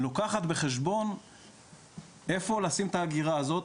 לוקחת בחשבון היכן לשים את האגירה הזו,